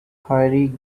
harry